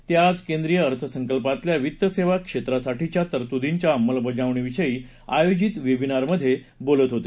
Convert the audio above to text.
ते आज केंद्रीय अर्थसंकल्पातल्या वित्तसेवा क्षेत्रासाठीच्या तरतुदींच्या अंमलबजावणीविषयी आयोजित वेबिनारमधे बोलत होते